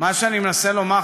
מה שאני מנסה לומר,